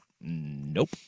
Nope